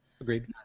Agreed